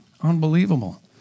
Unbelievable